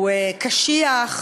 הוא קשיח,